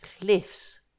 cliffs